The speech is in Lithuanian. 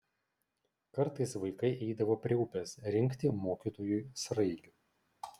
kartais vaikai eidavo prie upės rinkti mokytojui sraigių